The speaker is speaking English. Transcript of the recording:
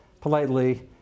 politely